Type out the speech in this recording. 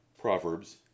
Proverbs